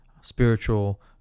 spiritual